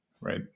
right